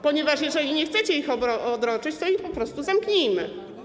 Ponieważ jeżeli nie chcecie ich odroczyć, to je po prostu zamknijmy.